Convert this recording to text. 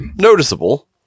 noticeable